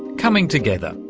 coming together,